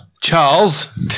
Charles